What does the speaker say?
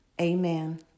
Amen